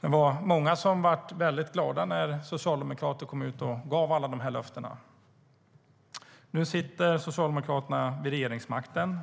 Det var många som blev väldigt glada när socialdemokrater kom ut och gav alla de här löftena. Nu sitter Socialdemokraterna vid regeringsmakten.